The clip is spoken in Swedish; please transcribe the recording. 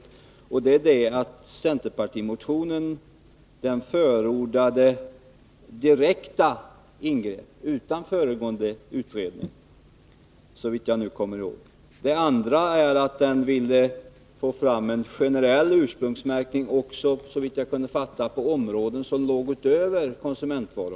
10 Riksdagens protokoll 1982/83:45—46 För det första förordade centerpartimotionen ett direkt ingrepp utan föregående utredning, såvitt jag nu kommer ihåg. För det andra ville man få fram en generell ursprungsmärkning också på områden utanför konsumentvaruområdet, såvitt jag kunde fatta.